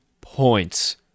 points